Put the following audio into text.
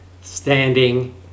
standing